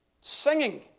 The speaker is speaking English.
Singing